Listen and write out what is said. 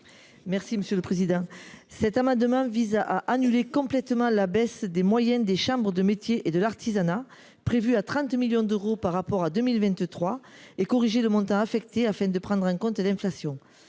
est à Mme Guylène Pantel. Cet amendement vise à annuler complètement la baisse des moyens des chambres de métiers et de l’artisanat (CMA) – 30 millions d’euros par rapport à 2023 – et à corriger le montant qui leur est affecté afin de prendre en compte l’inflation.